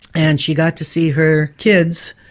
and she got to see her kids,